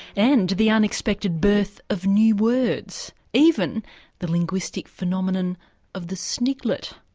and the unexpected birth of new words, even the linguistic phenomenon of the sniglet.